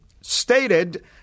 stated